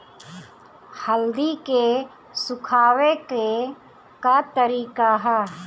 हल्दी के सुखावे के का तरीका ह?